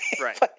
Right